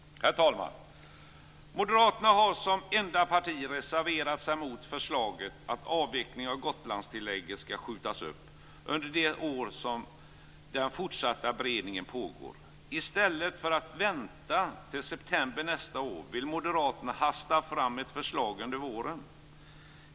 Herr talman! Moderaterna har som enda parti reserverat sig mot förslaget att avvecklingen av Gotlandstillägget skall skjutas upp under det år som den fortsatta beredningen pågår. I stället för att vänta till september nästa år vill moderaterna hasta fram ett förslag under våren.